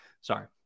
Sorry